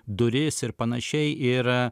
duris ir panašiai ir